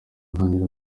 ntangiriro